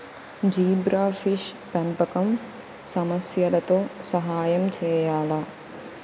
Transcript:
Zebrafish పెంపకం సమస్యలతో సహాయం చేయాలా?